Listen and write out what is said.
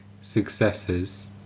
successes